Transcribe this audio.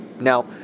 Now